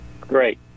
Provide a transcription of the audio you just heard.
Great